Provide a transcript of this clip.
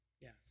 Yes